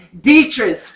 Dietrich